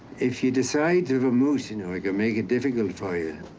if you decide to remove, you know, i can make it difficult for you.